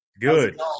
Good